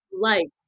Lights